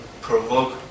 provoke